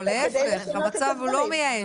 המצב הוא לא מייאש.